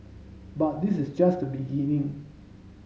but this is just the beginning